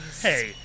Hey